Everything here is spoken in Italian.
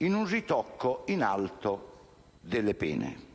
ad un ritocco in alto delle pene.